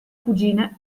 cugine